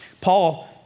Paul